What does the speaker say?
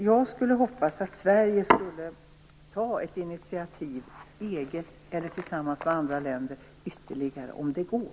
Jag hoppas att Sverige tar ytterligare ett initiativ, eget eller tillsammans med andra länder, om det går.